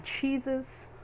cheeses